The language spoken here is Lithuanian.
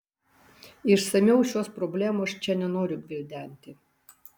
išsamiau šios problemos čia nenoriu gvildenti